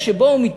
הוא יבוא לעבודה,